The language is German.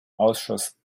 ausschuss